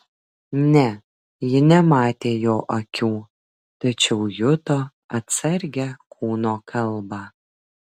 ne ji nematė jo akių tačiau juto atsargią kūno kalbą